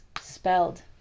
spelled